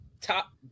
top